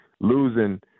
Losing